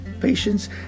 patience